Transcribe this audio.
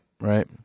right